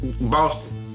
Boston